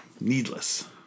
Needless